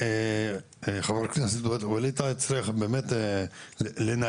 חבר הכנסת ווליד טאהא הצליח באמת לנער.